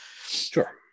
Sure